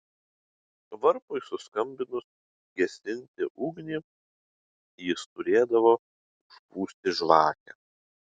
varpui suskambinus gesinti ugnį jis turėdavo užpūsti žvakę